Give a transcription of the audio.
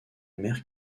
mère